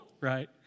Right